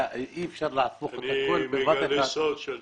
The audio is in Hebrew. אי-אפשר להפוך הכול בבת אחת --- אני אגלה סוד של ג'מעה,